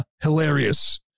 hilarious